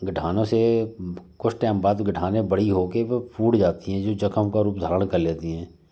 गठानों से कुछ टाइम बाद वो गठाने बड़ी हो के वह फुट जाती हैं जो जख्म का रूप धारण कर लेती हैं